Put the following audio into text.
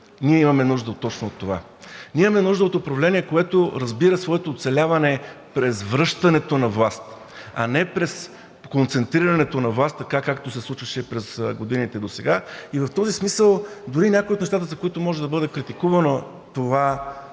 ние имаме нужда от точно това. Ние имаме нужда от управление, което разбира своето оцеляване през връщането на власт, а не през концентрирането на власт така, както се случваше през годините досега. И в този смисъл, дори и някои от нещата, за които може да бъде критикувано това